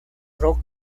rock